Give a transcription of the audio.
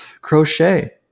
Crochet